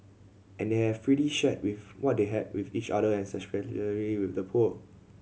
and they have freely shared with what they had with each other and with the poor